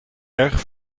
erg